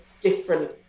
different